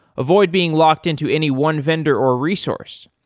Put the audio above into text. avoid being locked into any one vendor or resource.